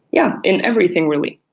yeah in everything really.